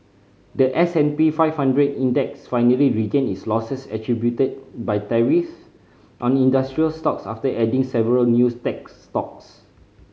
the S and P five hundred Index finally regained its losses attributed by tariffs on industrial stocks after adding several news tech stocks